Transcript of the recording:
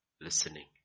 listening